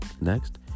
next